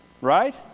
Right